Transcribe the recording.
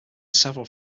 several